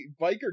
biker